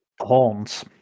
horns